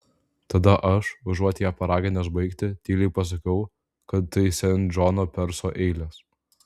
tada aš užuot ją paraginęs baigti tyliai pasakiau kad tai sen džono perso eilės